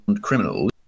criminals